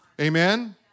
Amen